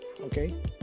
okay